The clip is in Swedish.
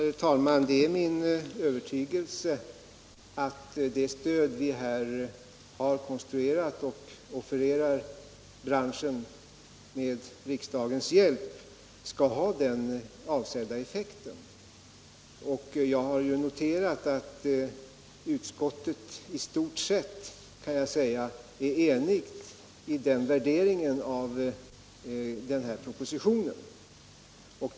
Herr talman! Det är min övertygelse att det stöd vi har konstruerat och med riksdagens hjälp offererar branschen skall ha den avsedda effekten. Jag har ju noterat att utskottet — i stort sett, kan jag säga — är enigt i den värderingen av propositionen.